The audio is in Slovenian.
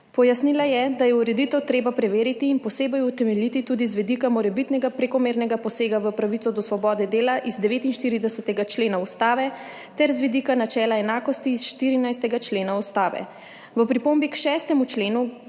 Pojasnila je, da je ureditev treba preveriti in posebej utemeljiti tudi z vidika morebitnega prekomernega posega v pravico do svobode dela iz 49. člena Ustave ter z vidika načela enakosti 14. člena Ustave. V pripombi k 6. členu